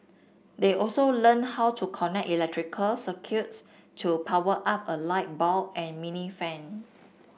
they also learnt how to connect electrical circuits to power up a light bulb and a mini fan